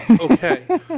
okay